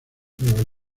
nueva